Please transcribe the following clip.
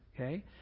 okay